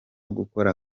gukora